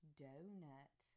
donut